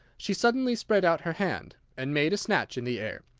she suddenly spread out her hand, and made a snatch in the air.